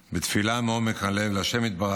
בתפילה מעומק הלב להשם יתברך